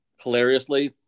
hilariously